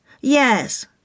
Yes